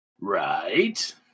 Right